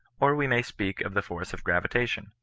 or we may speak of the force of gravitation,